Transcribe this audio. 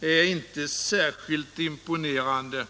är inte särskilt imponerande.